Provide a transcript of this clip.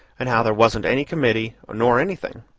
and how there wasn't any committee nor anything.